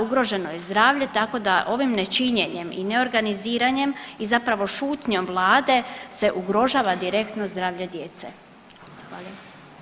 Ugroženo je zdravlje, tako da ovim nečinjenjem i neorganiziranjem i zapravo šutnjom vlade se ugrožava direktno zdravlje djece.